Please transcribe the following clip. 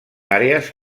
àrees